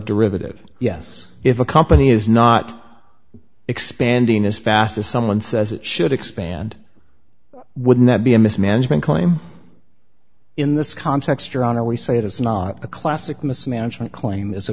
derivative yes if a company is not expanding as fast as someone says it should expand wouldn't that be a mismanagement claim in this context your honor we say it is not the classic mismanagement claim is a